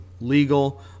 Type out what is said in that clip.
legal